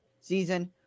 season